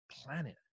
planet